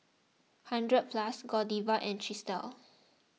hundred Plus Godiva and Chesdale